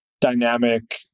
dynamic